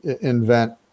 invent